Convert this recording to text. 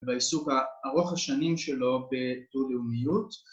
ובעיסוק ארוך השנים שלו בדו-לאומיות